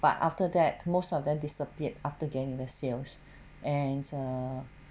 but after that most of them disappeared after gaining the sales and uh